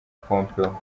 pompeo